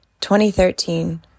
2013